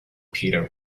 peter